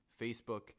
Facebook